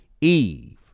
Eve